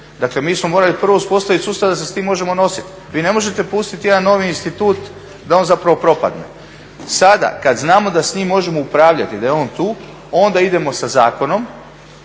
Dakle, mi smo prvo morali uspostaviti sustav da se s tim možemo nositi. Vi ne možete pustiti jedan novi institut da on zapravo propadne. Sada kad znamo da s njim možemo upravljati i da je on tu onda idemo sa zakonom.